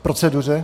K proceduře?